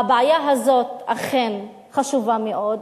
הבעיה הזאת אכן חשובה מאוד,